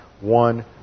one